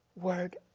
word